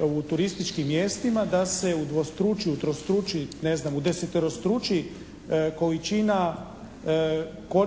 u turističkim mjestima da se udvostruči, utrostruči, ne znam udeseterostruči količina